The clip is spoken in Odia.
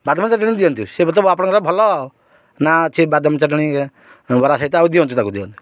ବାଦାମୀ ଚଟଣୀ ଦିଅନ୍ତୁ ଆପଣଙ୍କର ଭଲ ନା ଅଛି ବାଦାମ ଚଟଣୀ ବରା ସହିତ ଆଉ ଦିଅନ୍ତୁ ତାକୁ ଦିଅନ୍ତୁ